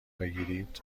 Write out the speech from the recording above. بگیرید